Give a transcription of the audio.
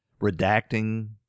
redacting